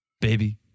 Baby